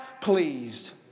pleased